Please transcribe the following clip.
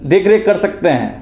देख रेख कर सकते हैं